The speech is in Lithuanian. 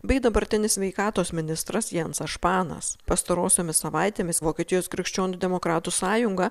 bei dabartinis sveikatos ministras jancas španas pastarosiomis savaitėmis vokietijos krikščionių demokratų sąjunga